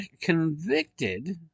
convicted